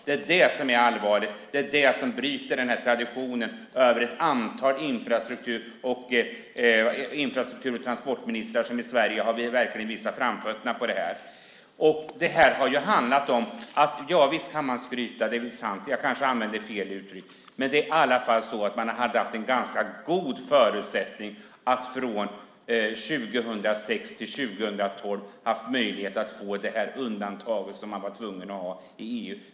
Det är det som är allvarligt. Det är det som bryter traditionen över ett antal infrastruktur och transportministrar som i Sverige har verkligen visat framfötterna på det här området. Visst kan man väl skryta. Jag kanske använde fel uttryck, men man hade i alla fall haft en ganska god förutsättning att från 2006-2012 få det undantag som man var tvungen att ha i EU.